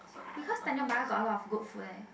because tanjong-pagar got a lot of good food leh